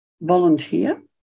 volunteer